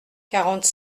quarante